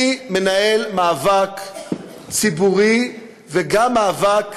אני מנהל מאבק ציבורי וגם מאבק